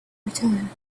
return